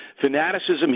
fanaticism